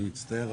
אני מצטער,